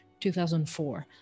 2004